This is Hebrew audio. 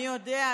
מי יודע,